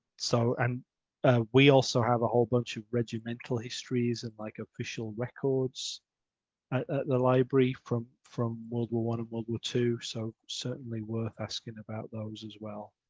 so, and we also have a whole bunch of regimental histories and like official records at the library from from world war one world war two. so certainly, worth asking about those as well.